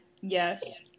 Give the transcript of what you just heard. yes